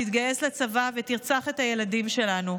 תתגייס לצבא ותרצח את הילדים שלנו".